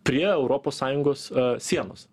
prie europos sąjungos sienos